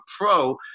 pro